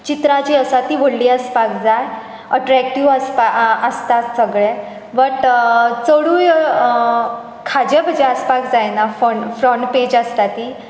चित्रां बी व्हडलीं आसपाक जाय एट्रेकटीव आसताच सगळें बट चडूय खाजे बजे आसपाक जायना फ्रंट पॅज आसता ती